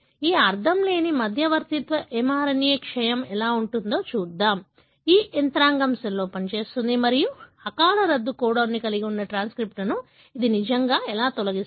ఈ అర్ధంలేని మధ్యవర్తిత్వ mRNA క్షయం ఎలా ఉంటుందో చూద్దాం ఈ యంత్రాంగం సెల్లో పనిచేస్తుంది మరియు అకాల రద్దు కోడాన్ను కలిగి ఉన్న ట్రాన్స్క్రిప్ట్లను ఇది నిజంగా ఎలా తొలగిస్తుంది